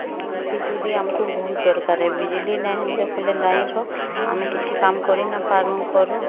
ବିଜୁଳି ଆମକୁ ବହୁତ ଦର୍କାରେ ବିଜୁଳି ନାଇଁ ହେଲେ କଲେ ଲାଇଫ୍ର ଆମେ କିଛି କାମ୍ କରି ନା ପାରୁ କରୁ